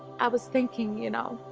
i was thinking you know